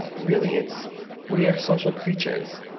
ah really, it's we are social creatures.